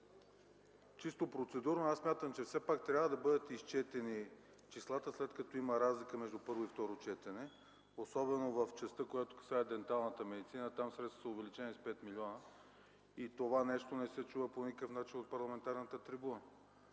че процедурно смятам числата да бъдат изчетени, след като има разлика между първо и второ четене, особено в частта, която касае денталната медицина. Там средствата са увеличени с 5 млн. лв. Това не се чува по никакъв начин от парламентарната трибуна,